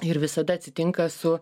ir visada atsitinka su